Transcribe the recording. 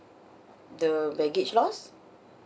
the baggage lost